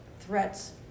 threats